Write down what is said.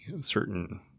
certain